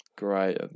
Great